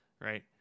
right